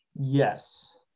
Yes